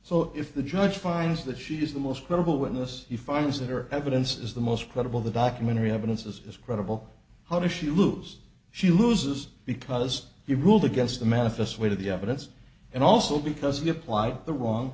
so if the judge finds that she is the most credible witness he finds that or evidence is the most credible the documentary evidence is credible how does she lose she loses because he ruled against the manifest weight of the evidence and also because you applied the wrong